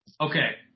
Okay